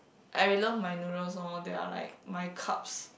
I love my noodles orh they are like my carbs